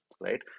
right